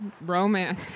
romance